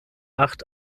acht